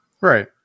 Right